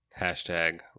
hashtag